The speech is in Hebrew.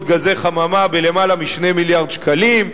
גזי חממה בלמעלה מ-2 מיליארד שקלים,